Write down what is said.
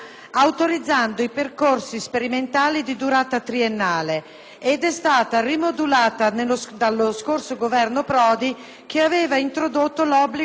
ed è stata rimodulata dallo scorso Governo Prodi, che aveva introdotto l'obbligo di istruzione e di prosecuzione dei percorsi sperimentali